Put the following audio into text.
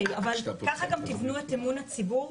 אבל ככה גם תבנו את אמון הציבור,